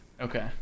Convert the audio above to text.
Okay